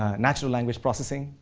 ah natural language processing.